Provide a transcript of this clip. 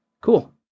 Cool